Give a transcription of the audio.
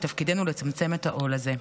ותפקידנו לצמצם את העול הזה.